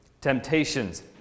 Temptations